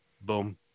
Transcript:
Boom